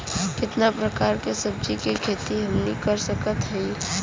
कितना प्रकार के सब्जी के खेती हमनी कर सकत हई?